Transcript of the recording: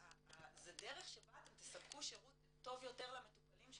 זה דרך שבה אתם תספקו שירות טוב יותר למטופלים שלכם.